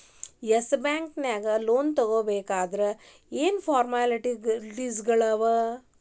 S Bank ನ್ಯಾಗ್ loan ತಗೊಬೇಕಂದ್ರ ಏನೇನ್ ಫಾರ್ಮ್ಯಾಲಿಟಿಸ್ ಅದಾವ?